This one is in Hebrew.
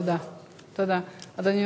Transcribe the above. תודה רבה.